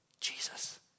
Jesus